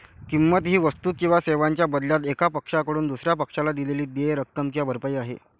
किंमत ही वस्तू किंवा सेवांच्या बदल्यात एका पक्षाकडून दुसर्या पक्षाला दिलेली देय रक्कम किंवा भरपाई आहे